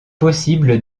possible